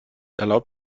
erlaubt